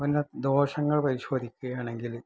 പിന്നെ ദോഷങ്ങള് പരിശോധിയ്ക്കുകയാണെങ്കിൽ